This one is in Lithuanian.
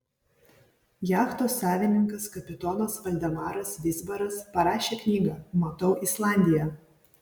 jachtos savininkas kapitonas valdemaras vizbaras parašė knygą matau islandiją